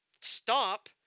Stop